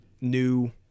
new